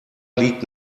liegt